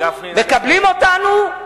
מקבלים אותנו?